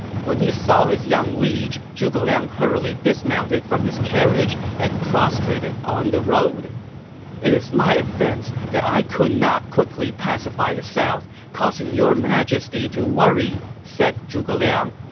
when he saw his young liege, zhuge liang hurriedly dismounted from his carriage and prostrated on the road it is my offense that i could not quickly pacify the south, causing your majesty to worry, said zhuge liang,